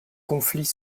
conflits